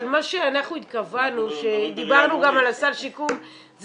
אבל מה שהתכוונו שדיברנו גם על הסל שיקום זה